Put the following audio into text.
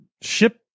ship